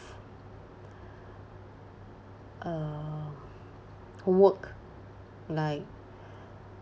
err work like